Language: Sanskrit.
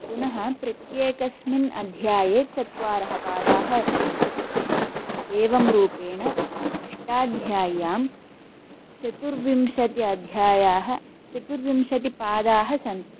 पुनः प्रत्येकस्मिन् अध्याये चत्वारः पादाः वर्तन्ते एवं रूपेण अष्टाध्याय्यां चतुर्विंशति अध्यायाः चतुर्विंशति पादाः सन्ति